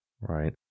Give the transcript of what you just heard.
right